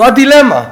זאת הדילמה.